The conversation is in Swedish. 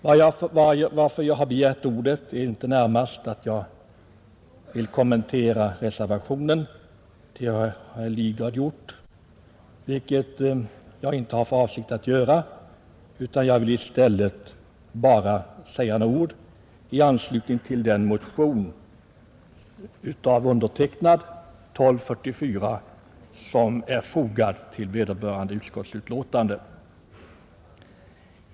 Jag har inte begärt ordet för att kommentera reservationen, ty det har herr Lidgard gjort, utan för att säga några ord i anslutning till min motion nr 1244 som behandlas i förevarande utskottsbetänkande.